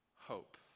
hope